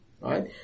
right